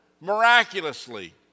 miraculously